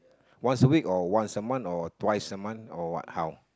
once a week or once a month or twice a month or what how